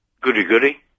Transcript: Goody-goody